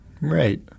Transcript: Right